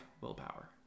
willpower